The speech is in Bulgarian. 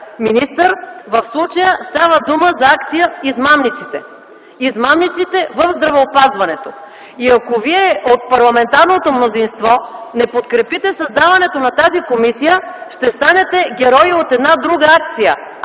министър, в случая става дума за акция „Измамниците” – измамниците в здравеопазването. Ако Вие от парламентарното мнозинство не подкрепите създаването на тази комисия, ще станете герои от една друга акция –